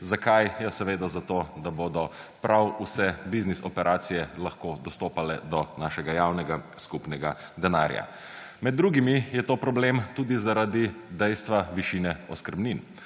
Zakaj? Ja, seveda zato, da bodo prav vse biznis operacije lahko dostopale do našega javnega skupnega denarja. Med drugim je to problem tudi zaradi dejstva višine oskrbnin.